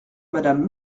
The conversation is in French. madame